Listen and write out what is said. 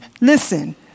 Listen